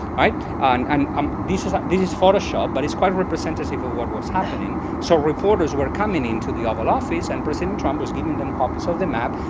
and um um this is this is photoshopped, but it's quite representative of what was happening. so reporters were coming in to the oval office, and president trump was giving them copies of the map,